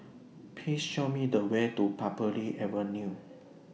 Please Show Me The Way to Parbury Avenue